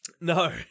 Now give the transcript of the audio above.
No